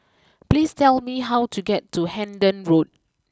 please tell me how to get to Hendon Road